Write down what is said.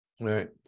right